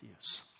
use